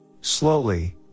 slowly